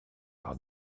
par